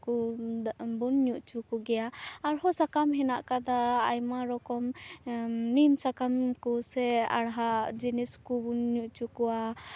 ᱠᱚᱵᱚᱱ ᱧᱩ ᱦᱚᱪᱚ ᱠᱚᱜᱮᱭᱟ ᱟᱨᱦᱚᱸ ᱥᱟᱠᱟᱢ ᱦᱮᱱᱟᱜ ᱠᱟᱫᱟ ᱟᱭᱢᱟ ᱨᱚᱠᱚᱢ ᱱᱤᱢ ᱥᱟᱠᱟᱢ ᱠᱚᱥᱮ ᱦᱟᱲᱦᱟᱫ ᱡᱤᱱᱤᱥ ᱠᱚᱵᱚᱱ ᱧᱩ ᱦᱚᱪᱚ ᱠᱚᱣᱟ